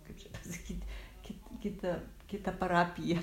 kaip čia sakyt kit kita kita parapija